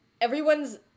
everyone's